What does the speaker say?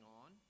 on